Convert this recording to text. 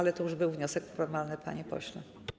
Ale już był wniosek formalny, panie pośle.